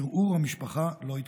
ערעור המשפחה לא התקבל.